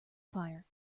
fire